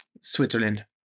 switzerland